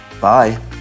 bye